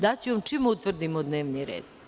Daću vam čim utvrdimo dnevni red.